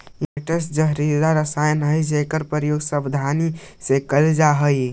insecticides जहरीला रसायन हई जेकर प्रयोग सावधानी से कैल जा हई